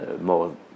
more